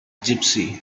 gypsy